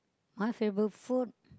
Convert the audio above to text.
my favorite food